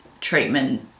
treatment